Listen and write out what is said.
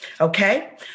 Okay